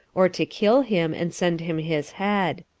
or to kill him, and send him his head.